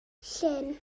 llyn